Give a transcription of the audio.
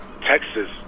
Texas